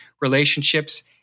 relationships